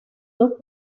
dos